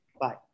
Bye